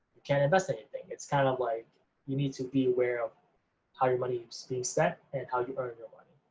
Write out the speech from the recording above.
you can't invest. like and it's kind of like you need to be aware of how your money's being spent, and how you earn your money.